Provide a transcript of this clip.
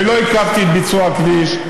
ולא עיכבתי את ביצוע הכביש,